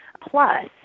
plus